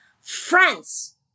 France